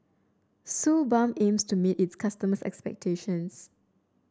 Suu Balm aims to meet its customers' expectations